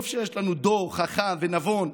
טוב שיש לנו דור חכם ונבון,